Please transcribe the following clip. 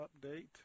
update